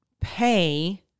pay